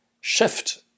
shift